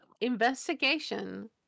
investigation